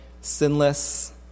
sinless